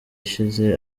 ishize